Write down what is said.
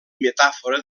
metàfora